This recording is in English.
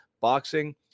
boxing